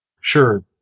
sure